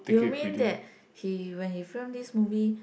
you mean that he when he film this movie